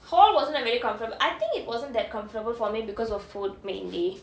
hall wasn't a very comfortab~ I think it wasn't that comfortable for me because of food mainly